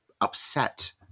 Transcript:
upset